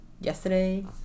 yesterday